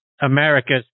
America's